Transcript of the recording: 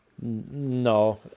no